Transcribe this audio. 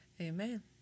Amen